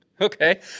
Okay